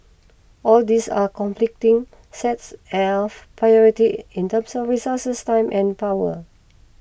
all these are conflicting sets of priority in terms of resources time and power